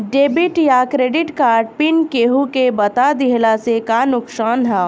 Debit या credit card PIN केहूके बता दिहला से का नुकसान ह?